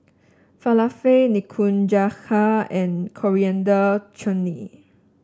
Falafel Nikujaga and Coriander Chutney